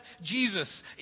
Jesus